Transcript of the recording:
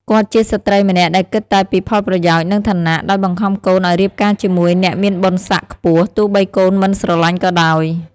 គាត់ជាស្រ្តីម្នាក់ដែលគិតតែពីផលប្រយោជន៍ និងឋានៈ ដោយបង្ខំកូនឲ្យរៀបការជាមួយអ្នកមានបុណ្យស័ក្តិខ្ពស់ ទោះបីកូនមិនស្រឡាញ់ក៏ដោយ។